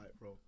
bro